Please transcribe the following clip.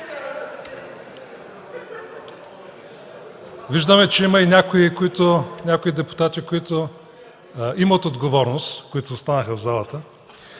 Виждаме, че има някои депутати, които имат отговорност – които останаха в залата.